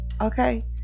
okay